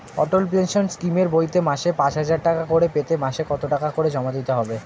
অটল pension স্কিমের বইতে মাসে পাঁচ হাজার টাকা করে পেতে মাসে কত টাকা করে জমা দিতে হবে?